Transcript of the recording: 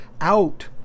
out